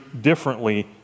differently